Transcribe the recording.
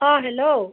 অ' hello